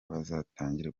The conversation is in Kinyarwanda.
batangire